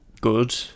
good